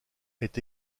est